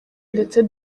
ndetse